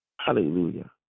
Hallelujah